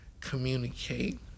communicate